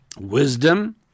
Wisdom